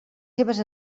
seves